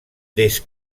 des